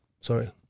Sorry